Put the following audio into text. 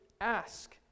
ask